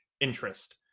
interest